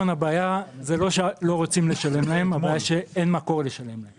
הבעיה היא שאין מקור לשלם להם.